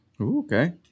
Okay